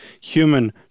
human